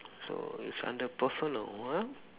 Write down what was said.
so it's under personal what